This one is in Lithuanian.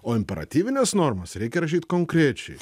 o imperatyvines normas reikia rašyt konkrečiai